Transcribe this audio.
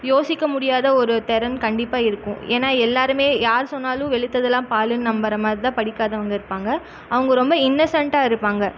யோசிக்க முடியாத ஒரு திறன் கண்டிப்பாக இருக்கும் ஏன்னா எல்லாருமே யார் சொன்னாலும் வெளுத்ததுலாம் பாலுன்னு நம்பற மாதிரி தான் படிக்காதவங்க இருப்பாங்க அவங்க ரொம்ப இன்னசெண்டாக இருப்பாங்க